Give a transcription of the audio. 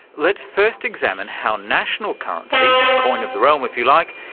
let's first examine how national currency, coin of the realm if you like,